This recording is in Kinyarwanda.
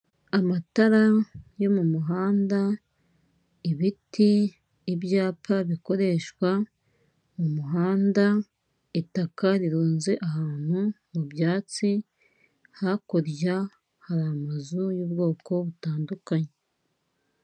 Amatara yo mu muhanda, ibiti, ibyapa bikoreshwa mu muhanda, itaka rirunze ahantu mu byatsi, hakurya hari amazu y'ubwoko butandukanye.